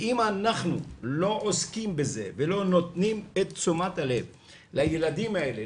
ואם אנחנו לא עוסקים בזה ולא נותנים את תשומת הלב לילדים האלה,